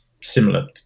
similar